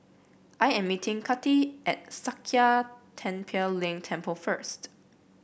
I am meeting Kati at Sakya Tenphel Ling Temple first